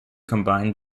combined